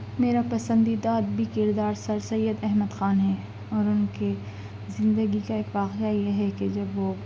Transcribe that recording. میرا پسندیدہ ادبی کردار سر سید احمد خان ہیں اور ان کے زندگی کا ایک واقعہ یہ ہے کہ جب وہ